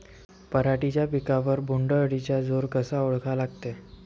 पराटीच्या पिकावर बोण्ड अळीचा जोर कसा ओळखा लागते?